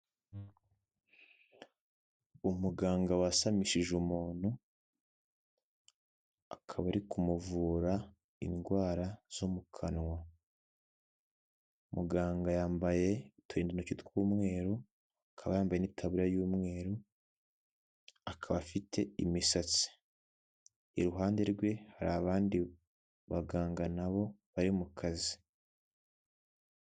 Umuganga wasamishije umuntu akaba ari kumuvura indwara zo mu kanwa. Umuganga yambaye uturindantoki tw'umweru akaba yambaye n'itaburiya y'umweru akaba afite imisatsi. Iruhande rwe hari abandi baganga nabo bari mu kazi.